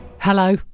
hello